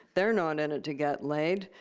they're not in it to get laid.